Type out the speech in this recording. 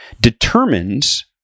determines